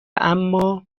اما